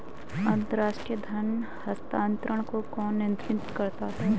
अंतर्राष्ट्रीय धन हस्तांतरण को कौन नियंत्रित करता है?